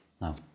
Now